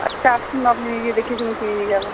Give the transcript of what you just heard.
আচ্ছা আসুন আপনি নিজে দেখে শুনে কিনে নিয়ে যাবেন